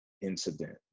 incident